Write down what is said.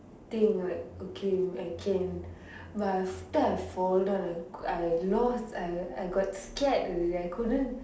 thing right okay I can but after I fall down right I lost I I I got scared already I could not